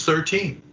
thirteen,